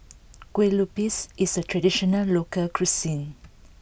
Kueh Lupis is a traditional local cuisine